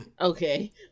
Okay